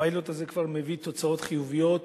הפיילוט הזה כבר מביא תוצאות חיוביות,